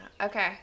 Okay